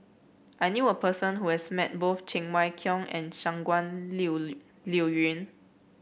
I knew a person who has met both Cheng Wai Keung and Shangguan Liuyun